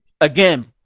again